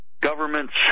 governments